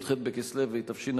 י"ח בכסלו התשע"ב,